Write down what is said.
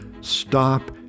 stop